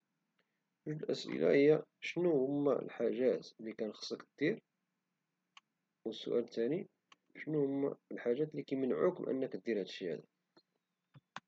جوج أسئلة محورية تقدر تعرف بهم أي شخصية، السؤال الأول هو شنو كدير دبا؟ والسؤال الثاني هو شنو كان خصك دير لو مكنتيش كدير هدشي لي كدير دبا؟.